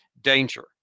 danger